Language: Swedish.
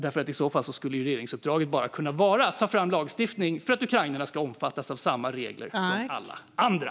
I så fall hade regeringsuppdraget kunnat vara att bara ta fram lagstiftning för att ukrainarna ska omfattas av samma regler som alla andra.